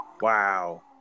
Wow